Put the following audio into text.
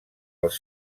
els